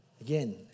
Again